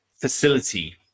facility